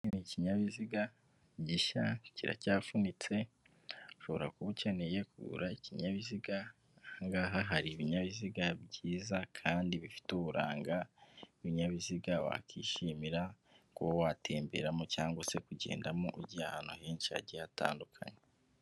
Ni ikinyabiziga gishya kiracyafunitse, ushobora kuba ukeneye kugura ikinyabiziga. Aha ngaha hari ibinyabiziga byiza kandi bifite uburanga, ibinyabiziga wakwishimira kuba watemberamo cyangwa se kugendamo ujya ahantu henshi hagiye hatandukanye.